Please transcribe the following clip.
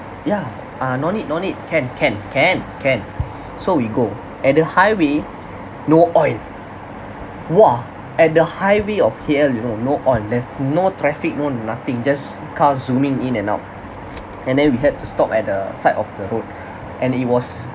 yeah ah no need no need can can can can so we go at the highway no oil !wah! at the highway of K_L you know no oil there's no traffic no nothing just cars zooming in and out and then we had to stop at the side of the road and it was